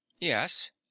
Yes